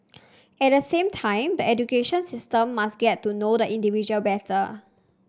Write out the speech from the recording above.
at the same time the education system must get to know the individual better